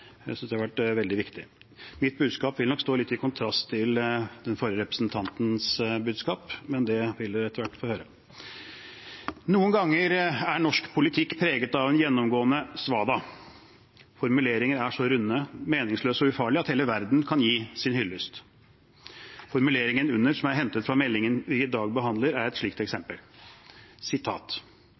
Jeg synes det har vært veldig viktig. Mitt budskap vil nok stå litt i kontrast til den forrige representantens budskap, men det vil man etter hvert få høre. Noen ganger er norsk politikk preget av gjennomgående svada. Formuleringer er så runde, meningsløse og ufarlige at hele verden kan gi sin hyllest. Formuleringen under, som er hentet fra meldingen vi i dag behandler, er et slikt eksempel: